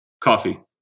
Coffee